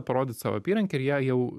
parodyt savo apyrankę ir jie jau